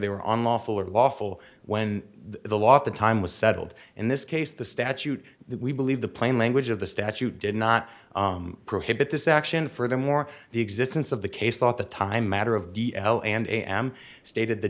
they were on lawful or lawful when the law at the time was settled in this case the statute we believe the plain language of the statute did not prohibit this action furthermore the existence of the case thought the time matter of d l and am stated the